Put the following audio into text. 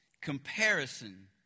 Comparison